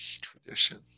tradition